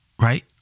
right